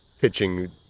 pitching